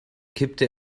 kippte